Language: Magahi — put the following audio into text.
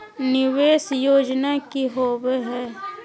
निवेस योजना की होवे है?